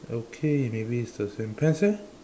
okay maybe it's the same pants eh